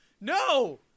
No